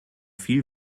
viel